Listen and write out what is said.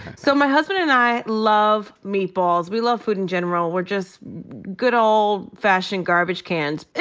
so my husband and i love meatballs. we love food in general. we're just good old fashioned garbage cans.